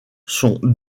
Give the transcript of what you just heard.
sont